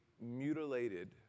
mutilated